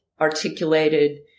articulated